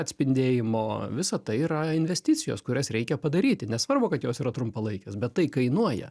atspindėjimo visa tai yra investicijos kurias reikia padaryti nesvarbu kad jos yra trumpalaikės bet tai kainuoja